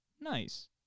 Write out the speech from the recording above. Nice